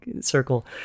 circle